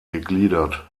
gegliedert